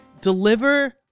deliver